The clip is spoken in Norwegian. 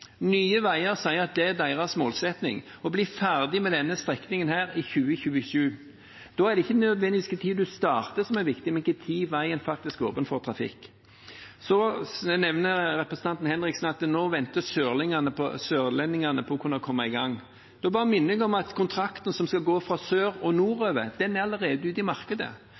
Nye Veier sier at deres målsetting er å bli ferdig med denne strekningen i 2027. Da er det ikke nødvendigvis hvilken tid en starter som er viktig, men hvilken tid veien faktisk er åpen for trafikk. Representanten Henriksen nevnte at nå venter sørlendingene på å kunne komme i gang. Da minner jeg bare om at kontrakten som skal gå fra sør og nordover, allerede er ute i markedet. Nye Veier er allerede ute for å få tak i